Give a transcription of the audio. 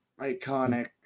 iconic